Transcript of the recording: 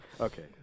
Okay